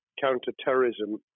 counter-terrorism